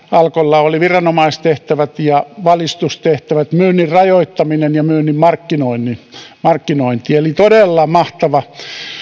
alkolla oli vielä viranomaistehtävät ja valistustehtävät myynnin rajoittaminen ja myynnin markkinointi markkinointi eli todella mahtava